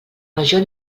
major